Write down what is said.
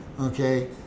okay